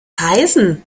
heißen